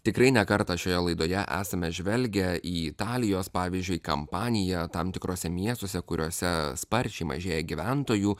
tikrai ne kartą šioje laidoje esame žvelgę į italijos pavyzdžiui kampaniją tam tikruose miestuose kuriose sparčiai mažėja gyventojų